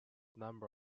number